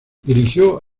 dirigió